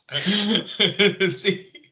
See